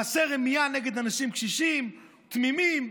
"מעשה רמייה נגד אנשים קשישים, תמימים".